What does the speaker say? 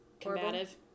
combative